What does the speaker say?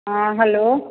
हाँ हेलो